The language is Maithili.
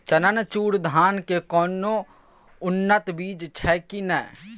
चननचूर धान के कोनो उन्नत बीज छै कि नय?